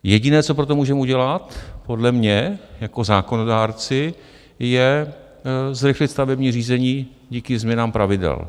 Jediné, co pro to můžeme udělat, podle mě, jako zákonodárci, je zrychlit stavební řízení díky změnám pravidel.